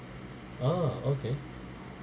oh okay